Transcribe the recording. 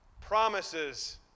promises